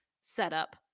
setup